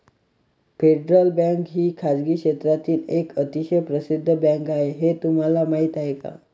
Federal bank ही खासगी क्षेत्रातील एक अतिशय प्रसिद्ध बँक आहे हे तुम्हाला माहीत आहे का?